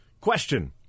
Question